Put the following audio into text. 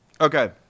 Okay